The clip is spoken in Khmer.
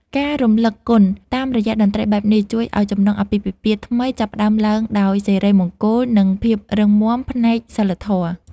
ការរំលឹកគុណតាមរយៈតន្ត្រីបែបនេះ ជួយឱ្យចំណងអាពាហ៍ពិពាហ៍ថ្មីចាប់ផ្តើមឡើងដោយសិរីមង្គល និងភាពរឹងមាំផ្នែកសីលធម៌។